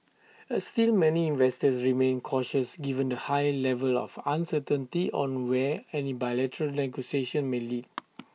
A still many investors remained cautious given the high level of uncertainty on where any bilateral may lead